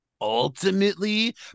ultimately